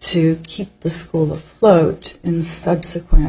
to keep the school of float in subsequent